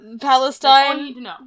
Palestine